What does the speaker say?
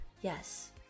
yes